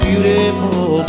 Beautiful